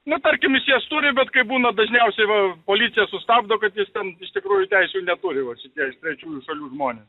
nu tarkim jis jas turi bet kaip būna dažniausiai va policija sustabdo kad jis ten iš tikrųjų teisių neturi vat šitie iš trečiųjų šalių žmonės